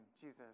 Jesus